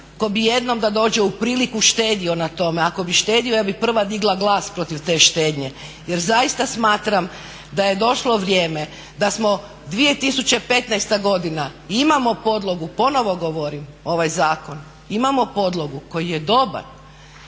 tko bi jednom da dođe u priliku štedio na tome. Ako bi štedio ja bih prva digla glas protiv te štednje jer zaista smatram da je došlo vrijeme da smo 2015. godina i imamo podlogu, ponovo govorim, ovaj zakon, imamo podlogu koji je dobar,